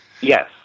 Yes